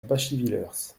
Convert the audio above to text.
bachivillers